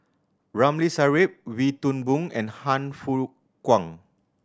Ramli Sarip Wee Toon Boon and Han Fook Kwang